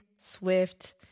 Swift